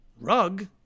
Rug